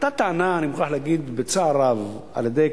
אני מוכרח להגיד בצער רב שעלתה טענה של כל